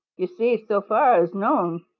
you see, so far as known,